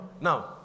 now